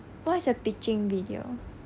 what is a pitching video